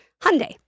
Hyundai